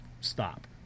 stop